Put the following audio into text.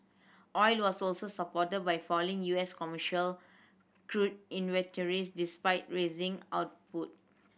oil was also supported by falling U S commercial crude inventories despite rising output